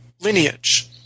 lineage